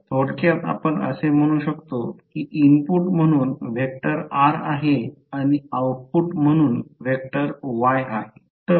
तर थोडक्यात आपण असे म्हणू शकतो की इनपुट म्हणून व्हेक्टर R आहे आणि आउटपुट म्हणून व्हेक्टर Y